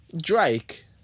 Drake